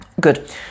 Good